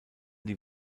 die